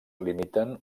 limiten